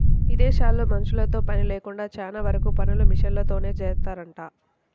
ఇదేశాల్లో మనుషులతో పని లేకుండా చానా వరకు పనులు మిషనరీలతోనే జేత్తారంట